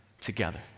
together